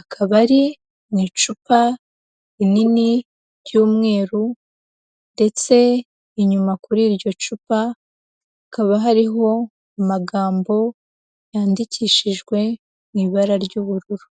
Akaba ari mu icupa rinini ry'umweru ndetse inyuma kuri iryo cupa hakaba hariho amagambo yandikishijwe mu ibara ry'ubururu.